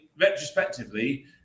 retrospectively